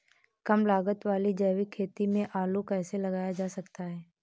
कम लागत वाली जैविक खेती में आलू कैसे लगाया जा सकता है?